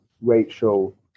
Rachel